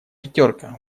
пятерка